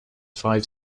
five